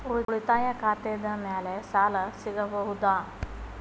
ಉಳಿತಾಯ ಖಾತೆದ ಮ್ಯಾಲೆ ಸಾಲ ಸಿಗಬಹುದಾ?